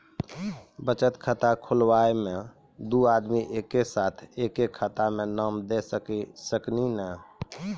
बचत खाता खुलाए मे दू आदमी एक साथ एके खाता मे नाम दे सकी नी?